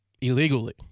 illegally